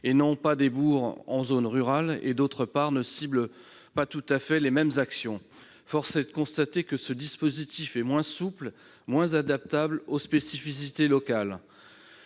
et non des bourgs en zones rurales, et, d'autre part, il ne cible pas tout à fait les mêmes actions. Force est de constater que ce dispositif est moins souple et moins adaptable aux spécificités locales.